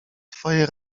twoje